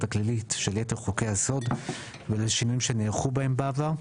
הכללית של יתר חוקי היסוד ולשינויים שנערכו בהם בעבר,